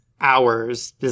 hours